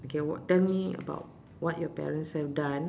okay what tell me about what your parents have done